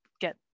get